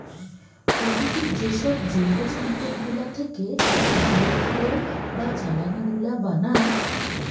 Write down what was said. প্রকৃতির যেসব জৈব সম্পদ গুলা থেকে যই ফুয়েল বা জ্বালানি গুলা বানায়